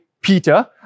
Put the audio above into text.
Peter